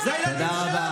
תהיה הוגן.